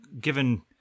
given